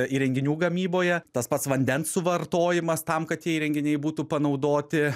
įrenginių gamyboje tas pats vandens suvartojimas tam kad tie įrenginiai būtų panaudoti